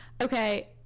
okay